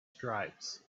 stripes